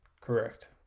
Correct